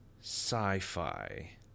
sci-fi